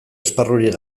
esparrurik